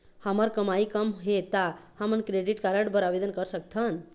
हमर कमाई कम हे ता हमन क्रेडिट कारड बर आवेदन कर सकथन?